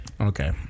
Okay